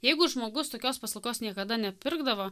jeigu žmogus tokios paslaugos niekada nepirkdavo